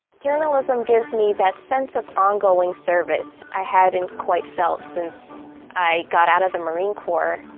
journalism gives me that sense of ongoing service i hadn't quite felt since i got out of the marine corps.